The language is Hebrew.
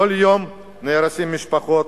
כל יום נהרסות משפחות,